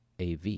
AV